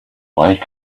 like